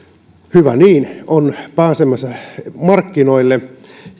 hyvä niin on pääsemässä markkinoille